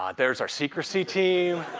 um there is our secrecy team.